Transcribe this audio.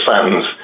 sentence